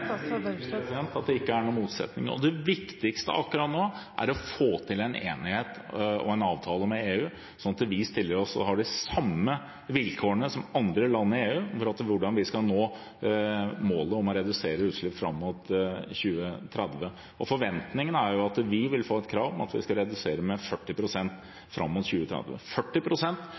at det ikke er noen motsetning. Det viktigste akkurat nå er å få til en enighet og en avtale med EU, slik at vi stiller oss slik at vi har de samme vilkårene som land i EU når det gjelder hvordan vi skal nå målet om å redusere utslipp fram mot 2030. Forventningene er at vi vil få et krav om at vi skal redusere med 40 pst. fram mot 2030.